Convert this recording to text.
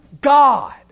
God